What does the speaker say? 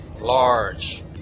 large